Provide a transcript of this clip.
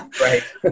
right